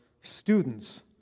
students